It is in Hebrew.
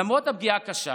למרות הפגיעה הקשה